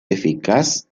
eficaz